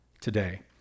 today